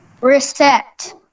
Reset